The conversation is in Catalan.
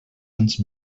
anys